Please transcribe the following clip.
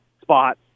spot